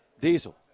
Diesel